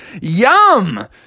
Yum